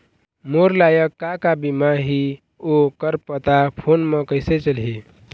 मोर लायक का का बीमा ही ओ कर पता फ़ोन म कइसे चलही?